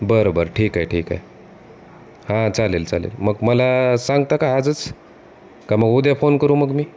बरं बरं ठी आहे ठीक आहे हां चालेल चालेल मग मला सांगता का आजच का मग उद्या फोन करू मग मी